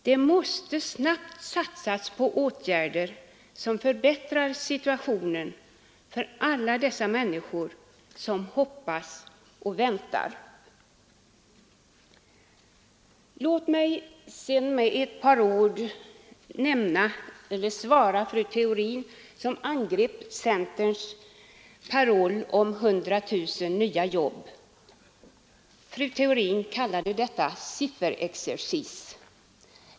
Det måste snabbt satsas på åtgärder som förbättrar situationen för alla dessa människor som hoppas och väntar. Låt mig sedan med ett par ord svara fru Theorin, som angrep centerns paroll om 100 000 nya jobb. Fru Theorin kallade detta sifferexercis.